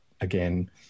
again